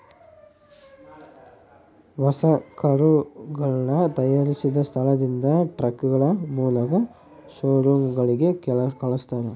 ಹೊಸ ಕರುಗಳನ್ನ ತಯಾರಿಸಿದ ಸ್ಥಳದಿಂದ ಟ್ರಕ್ಗಳ ಮೂಲಕ ಶೋರೂಮ್ ಗಳಿಗೆ ಕಲ್ಸ್ತರ